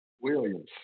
Williams